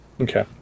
Okay